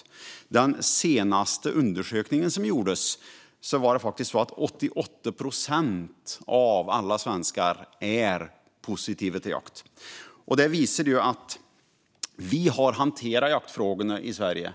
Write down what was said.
Enligt den senaste undersökning som gjorts är det faktiskt så att 88 procent av alla svenskar är positiva till jakt. Det visar att vi har hanterat jaktfrågorna i Sverige